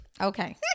okay